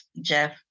Jeff